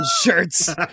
shirts